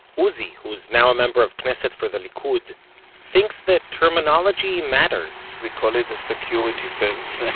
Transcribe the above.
uzi who's now a member of knesset for the likud thinks that terminology matters we call it the security fence.